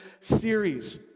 series